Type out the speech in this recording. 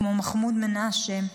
כמו מחמוד מנשה,